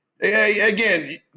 Again